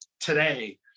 today